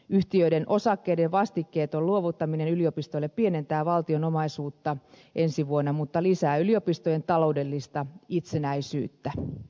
yhtiöiden osakkeiden vastikkeeton luovuttaminen yliopistoille pienentää valtion omaisuutta ensi vuonna mutta lisää yliopistojen taloudellista itsenäisyyttä